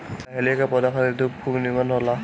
dahlia के पौधा खातिर धूप खूब निमन होला